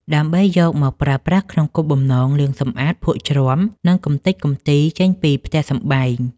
ដើម្បីយកមកប្រើប្រាស់ក្នុងគោលបំណងលាងសម្អាតភក់ជ្រាំ និងកម្ទេចកំទីចេញពីផ្ទះសម្បែង។